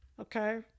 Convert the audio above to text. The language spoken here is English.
okay